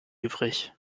übrig